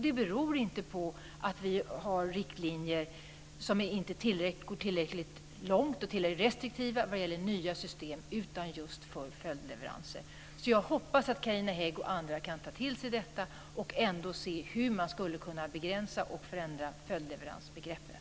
Det beror inte på att riktlinjerna inte går tillräckligt långt eller är tillräckligt restriktiva för nya system, utan det gäller just följdleveranser. Jag hoppas att Carina Hägg och andra kan ta till sig detta och se efter hur man skulle kunna begränsa och förändra följdleveransbegreppet.